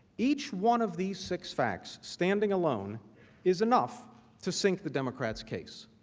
each one of these six facts, standing alone is enough to sink the democrats case.